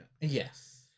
Yes